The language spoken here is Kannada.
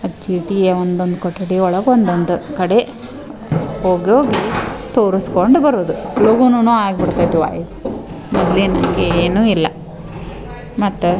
ಅದು ಚೀಟಿ್ನ ಒಂದೊಂದು ಕೊಠಡಿ ಒಳಗೆ ಒಂದೊಂದು ಕಡೆ ಹೋಗಿಹೋಗಿ ತೋರಸ್ಕೊಂಡು ಬರುದು ಲಗುನು ಆಗ್ಬಿಡ್ತೈತೆ ಅವ್ವ ಮೊದ್ಲಿನ ಹಂಗೆ ಏನು ಇಲ್ಲ ಮತ್ತೆ